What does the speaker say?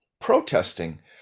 protesting